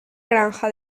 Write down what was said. granja